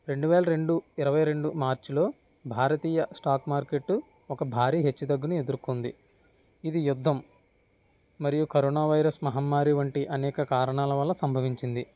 రెండు వేల రెండు ఇరవై రెండు మార్చిలో భారతీయ స్టాక్ మార్కెట్ ఒక భారీ హెచ్చుతగ్గుని ఎదుర్కొంది ఇది యుద్ధం మరియు కరోనా వైరస్ మహమ్మారి వంటి అనేక కారణాల వల్ల సంభవించింది